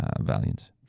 Valiant